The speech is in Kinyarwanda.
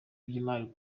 by’imari